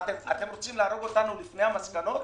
אתם רוצים להרוג אותנו לפני המסקנות?